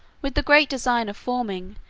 with the great design of forming,